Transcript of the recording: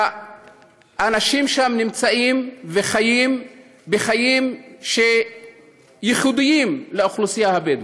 והאנשים בהם נמצאים וחיים חיים חיים שייחודיים לאוכלוסייה הבדואית,